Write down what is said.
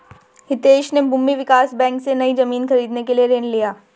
हितेश ने भूमि विकास बैंक से, नई जमीन खरीदने के लिए ऋण लिया